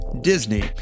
Disney